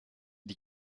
die